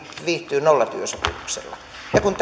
viihtyy nollatyösopimuksella ja kun